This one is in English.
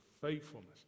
faithfulness